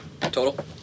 Total